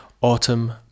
Autumn